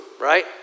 right